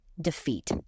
defeat